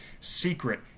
secret